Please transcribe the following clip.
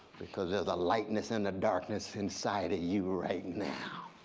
because there's a lightness and a darkness inside of you right now.